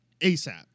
ASAP